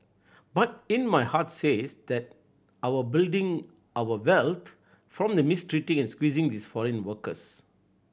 but in my heart says that our building our wealth from the mistreating and squeezing these foreign workers